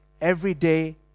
everyday